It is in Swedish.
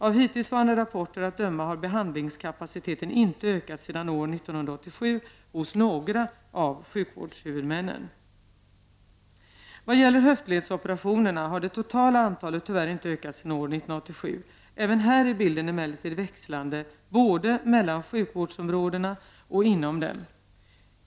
Av hitillsvarande rapporter att döma har behandlingskapaciteten sedan år 1987 ine ökat hos några av sjukvårdshuvudmännen. Vad gäller höftledsoperationerna har det totala antalet tyvärr inte ökat sedan år 1987. Även här är bilden emellertid växlande, både mellan sjukvårdsområdena och inom dem.